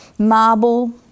Marble